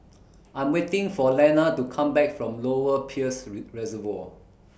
I'm waiting For Lenna to Come Back from Lower Peirce Reservoir